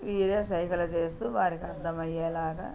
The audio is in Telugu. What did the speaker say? వీరే సైగలు చేస్తూ వారికీ అర్థమయ్యేలాగా